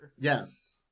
Yes